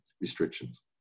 restrictions